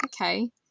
okay